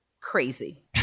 Crazy